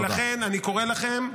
ולכן אני קורא לכם,